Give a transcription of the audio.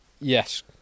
Yes